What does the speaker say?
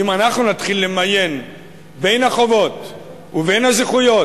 ואם אנחנו נתחיל למיין בין החובות ובין הזכויות,